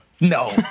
No